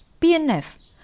PNF